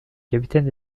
capitaine